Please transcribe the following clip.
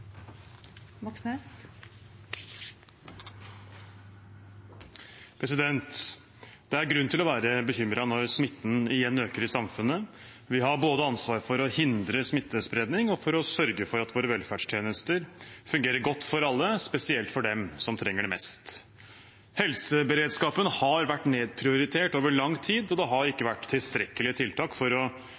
grunn til å være bekymret når smitten igjen øker i samfunnet. Vi har både ansvar for å hindre smittespredning og for å sørge for at våre velferdstjenester fungerer godt for alle, spesielt for dem som trenger det mest. Helseberedskapen har vært nedprioritert over lang tid, og det har ikke vært tilstrekkelige tiltak for å